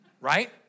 Right